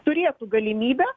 turėtų galimybę